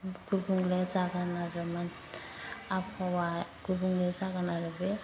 गुबुंले जागोन आरो आबहावा गुबुंले जागोन आरो बे